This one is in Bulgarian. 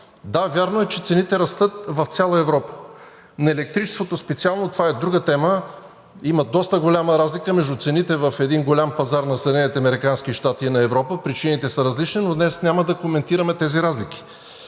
Да, вярно е, че цените растат в цяла Европа. На електричеството специално – това е друга тема, има доста голяма разлика между цените в един голям пазар на Съединените американски щати и на Европа, причините са различни, но днес няма да коментираме тези разлики.